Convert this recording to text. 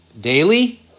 daily